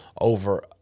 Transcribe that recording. over